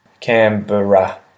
Canberra